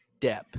Depp